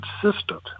consistent